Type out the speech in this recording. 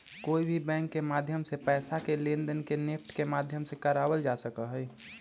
कोई भी बैंक के माध्यम से पैसा के लेनदेन के नेफ्ट के माध्यम से करावल जा सका हई